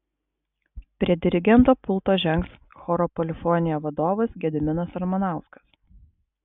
prie dirigento pulto žengs choro polifonija vadovas gediminas ramanauskas